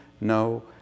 no